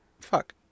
fuck